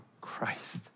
Christ